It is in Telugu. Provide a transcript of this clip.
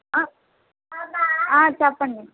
చెప్పండి